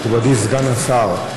מכובדי סגן השר,